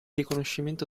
riconoscimento